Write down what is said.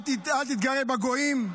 אל תתגרה בגויים.